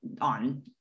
on